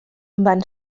van